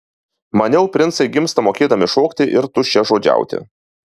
maniau princai gimsta mokėdami šokti ir tuščiažodžiauti